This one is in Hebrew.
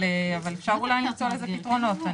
אפשר אולי למצוא לזה פתרונות.